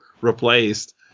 replaced